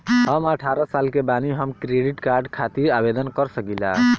हम अठारह साल के बानी हम क्रेडिट कार्ड खातिर आवेदन कर सकीला?